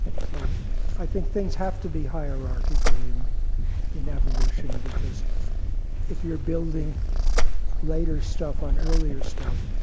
so i think things have to be hierarchical in in evolution, because if you're building later stuff on earlier stuff,